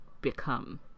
become